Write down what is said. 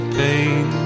pain